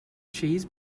cheese